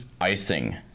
icing